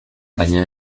baina